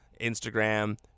Instagram